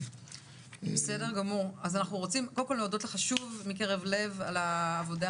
אנחנו רוצים להודות לך מקרב לב עבור העבודה